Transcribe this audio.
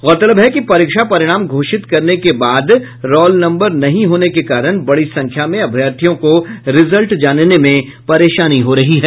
गौरतलब है कि परीक्षा परिणाम घोषित करने के बाद रौल नम्बर नहीं होने के कारण बड़ी संख्या में अभ्यर्थियों को रिजल्ट जानने में परेशानी हो रही है